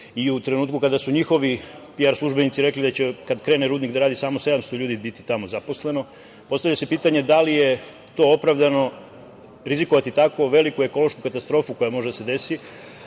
i u trenutku kada su njihovi službenici rekli kad krene rudnik da radi samo 700 ljudi biti tamo zaposleno. Postavlja se pitanje da li je to opravdano rizikovati tako veliku ekološku katastrofu koja može da se desi?